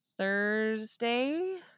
Thursday